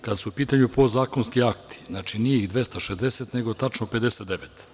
Kada su u pitanju podzakonski akti, znači nije ih 260, nego tačno 59.